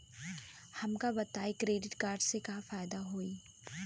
हमका बताई credit card से का फायदा होई?